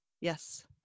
Yes